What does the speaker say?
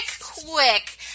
quick